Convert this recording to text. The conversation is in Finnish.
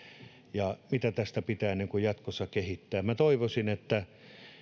ja mitä tästä pitää jatkossa kehittää minä toivoisin että